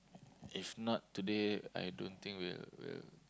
if not today I don't think will will